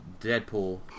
Deadpool